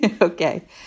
Okay